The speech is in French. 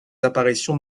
apparitions